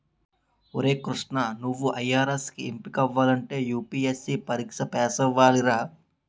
ఒరే కృష్ణా నువ్వు ఐ.ఆర్.ఎస్ కి ఎంపికవ్వాలంటే యూ.పి.ఎస్.సి పరీక్ష పేసవ్వాలిరా